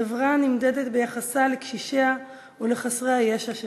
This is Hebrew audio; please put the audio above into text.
חברה נמדדת ביחסה לקשישיה ולחסרי הישע שבה.